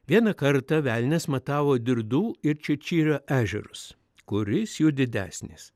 vieną kartą velnias matavo dirdų ir čičirio ežerus kuris jų didesnis